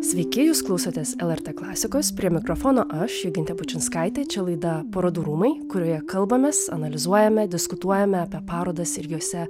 sveiki jūs klausotės lrt klasikos prie mikrofono aš jogintė bučinskaitė čia laida parodų rūmai kurioje kalbamės analizuojame diskutuojame apie parodas ir jose